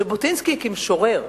ז'בוטינסקי, כסופר,